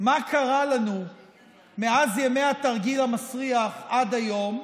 קרה לנו מאז ימי התרגיל המסריח עד היום?